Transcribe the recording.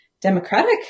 democratic